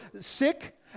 sick